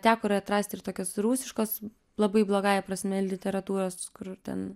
teko ir atrasti ir tokios rusiškos labai blogąja prasme literatūros kur ten